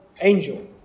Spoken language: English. angel